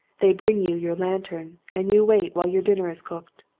they bring you your lantern and you wait while your dinner is cooked.